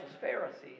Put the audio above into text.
Pharisees